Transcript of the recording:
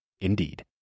indeed